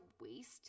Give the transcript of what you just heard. waste